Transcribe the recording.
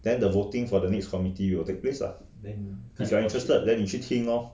then the voting for the next committee will take place ah if you are interested then 你去听 lor